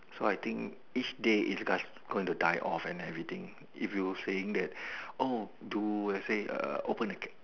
so I think each day is just going to die off and everything if you saying that oh do let's say a open a